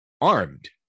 armed